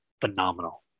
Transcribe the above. phenomenal